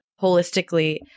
holistically